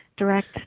direct